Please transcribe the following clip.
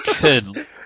Good